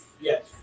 Yes